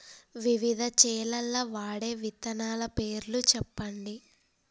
వివిధ చేలల్ల వాడే విత్తనాల పేర్లు చెప్పండి?